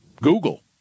Google